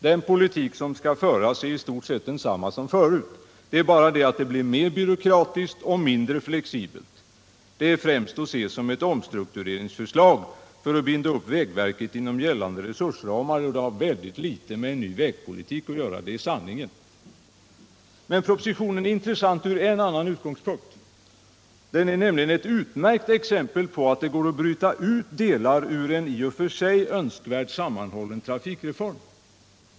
Den politik som skall föras är i stort sett densamma som förut. Vägplaneringen blir bara mer byråkratisk och mindre flexibel. Sanningen är den att propositionen främst är att betrakta som ett omstruktureringsförslag för att binda upp vägverket inom gällande resursramar, och den har mycket litet med en ny vägpolitik att göra. Men propositionen är intressant från en annan utgångspunkt. Den är nämligen ett utmärkt exempel på att det går att bryta ut delar ur en i och för sig önskvärd sammanhållen trafikreform.